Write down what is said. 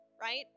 right